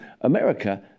America